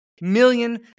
Million